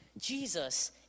Jesus